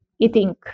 eating